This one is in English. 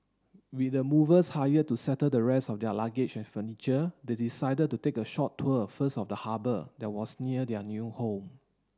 with the movers hired to settle the rest of their luggage and furniture they decided to take a short tour first of the harbour that was near their new home